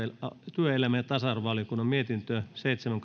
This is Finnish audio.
työelämä ja ja tasa arvovaliokunnan mietintö seitsemän